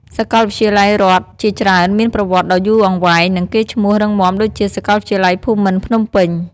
សាកលវិទ្យាល័យរដ្ឋជាច្រើនមានប្រវត្តិដ៏យូរអង្វែង និងកេរ្តិ៍ឈ្មោះរឹងមាំដូចជា សាកលវិទ្យាល័យភូមិន្ទភ្នំពេញ។